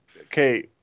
Okay